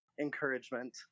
encouragement